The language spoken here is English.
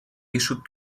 issued